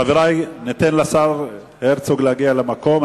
חברי, ניתן לשר הרצוג להגיע למקום.